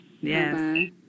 Yes